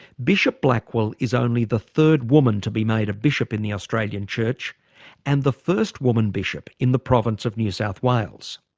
bishop blackwell is only the third woman to be made a bishop in the australian church and the first woman bishop in the province of new south wales.